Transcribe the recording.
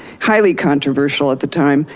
highly controversial at the time.